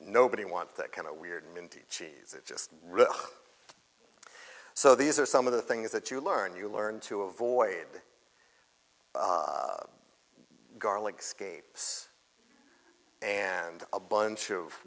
nobody want that kind of weird cheese just so these are some of the things that you learn you learn to avoid garlic scapes and a bunch of